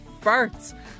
farts